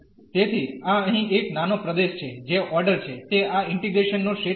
તેથી આ અહીં એક નાનો પ્રદેશ છે જે ઓર્ડર છે તે આ ઇન્ટીગ્રેશન નો ક્ષેત્ર છે